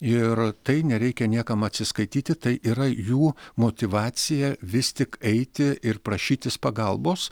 ir tai nereikia niekam atsiskaityti tai yra jų motyvacija vis tik eiti ir prašytis pagalbos